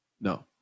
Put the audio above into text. no